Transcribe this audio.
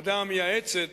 הוועדה המייעצת,